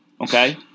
okay